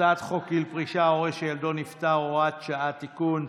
הצעת חוק גיל פרישה (הורה שילדו נפטר) (הוראת שעה) (תיקון),